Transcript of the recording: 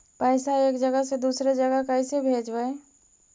पैसा एक जगह से दुसरे जगह कैसे भेजवय?